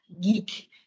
geek